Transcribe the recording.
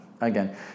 again